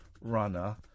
Runner